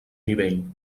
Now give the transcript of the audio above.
nivell